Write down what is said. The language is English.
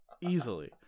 easily